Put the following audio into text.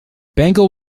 bangle